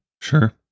Sure